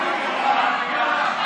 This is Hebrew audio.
נתקבלה.